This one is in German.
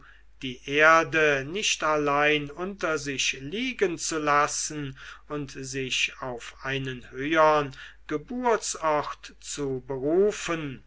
die erde nicht allein unter sich liegen zu lassen und sich auf einen höhern geburtsort zu berufen